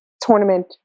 tournament